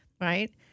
Right